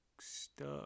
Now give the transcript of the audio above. stuck